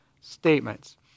statements